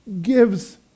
gives